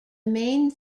main